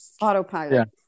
Autopilot